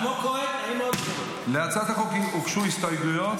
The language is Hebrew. להצעת החוק הוגשו הסתייגויות.